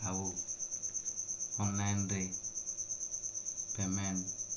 ଆଉ ଅନଲାଇନ୍ରେ ପେମେଣ୍ଟ